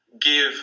give